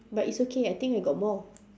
but it's okay I think I got more